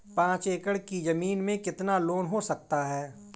पाँच एकड़ की ज़मीन में कितना लोन हो सकता है?